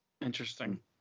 Interesting